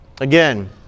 Again